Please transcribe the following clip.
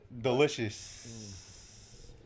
delicious